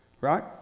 right